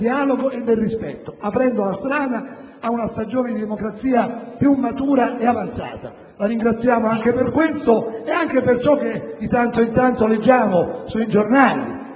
dialogo e del rispetto, aprendo la strada ad una stagione di democrazia più matura e avanzata. La ringraziamo anche per questo e anche per ciò che di tanto in tanto leggiamo sui giornali,